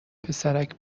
پسرک